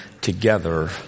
together